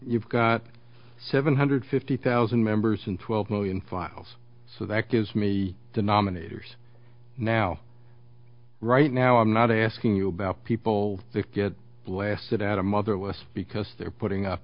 you've got seven hundred fifty thousand members and twelve million files so that gives me denominators now right now i'm not asking you about people that get blasted out of motherless because they're putting up